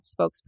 spokesperson